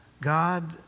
God